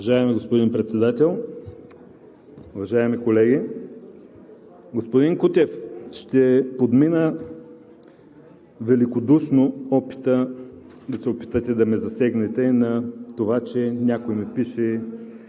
Уважаеми господин Председател, уважаеми колеги! Господин Кутев, ще подмина великодушно опита да се опитате да ме засегнете на това, че някой ми пише